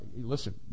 listen